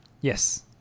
Yes